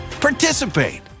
participate